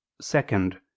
Second